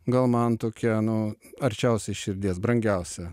gal man tokia nu arčiausiai širdies brangiausia